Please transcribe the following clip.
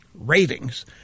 ratings